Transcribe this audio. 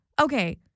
okay